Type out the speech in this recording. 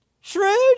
shrewd